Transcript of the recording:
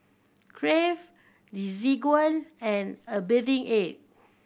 Crave Desigual and A Bathing Ape